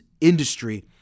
industry